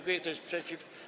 Kto jest przeciw?